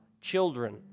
children